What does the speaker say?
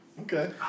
Okay